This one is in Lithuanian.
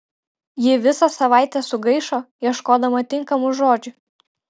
ji visą savaitę sugaišo ieškodama tinkamų žodžių